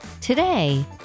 Today